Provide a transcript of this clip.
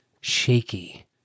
shaky